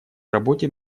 работе